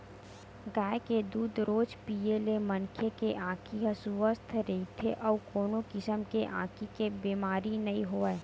गाय के दूद रोज पीए ले मनखे के आँखी ह सुवस्थ रहिथे अउ कोनो किसम के आँखी के बेमारी नइ होवय